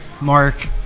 Mark